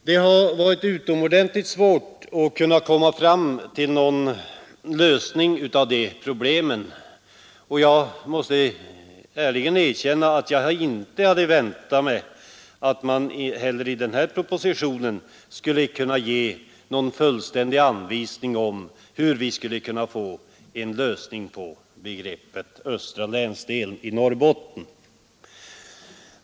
Det har varit utomordentligt svårt att komma och jag måste ärligen erkänna att jag inte heller hade väntat mig att man i Måndagen den denna proposition skulle kunna ge någon fullständig anvisning om hur 28 maj 1973 problemen skall lösas.